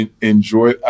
enjoy